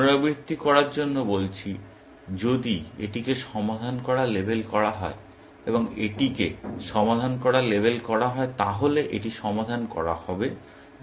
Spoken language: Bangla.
শুধু পুনরাবৃত্তি করার জন্য বলছি যদি এটিকে সমাধান করা লেবেল করা হয় এবং এটিকে সমাধান করা লেবেল করা হয় তাহলে এটি সমাধান করা হবে